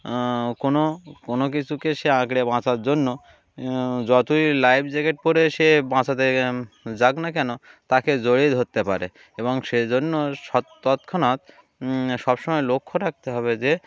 কোনো কোনো কিছুকে সে আঁকড়ে বাঁচার জন্য যতই লাইফ জ্যাকেট পরে সে বাঁচাতে যাক না কেন তাকে জরেেই ধরতে পারে এবং সেজন্য স তৎক্ষণাৎ সবসময় লক্ষ্য রাখতে হবে যে